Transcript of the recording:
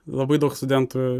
labai daug studentų